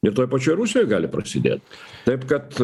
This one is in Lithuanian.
ir toj pačioj rusijoj gali prasidėt taip kad